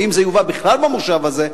ואם זה יובא בכלל במושב הזה,